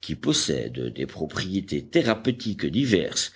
qui possèdent des propriétés thérapeutiques diverses